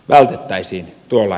vältyttäisiin tuolla